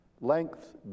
length